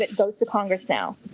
but goes to congress now.